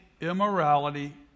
immorality